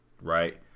Right